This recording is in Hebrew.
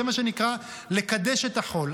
זה מה שנקרא לקדש את החול.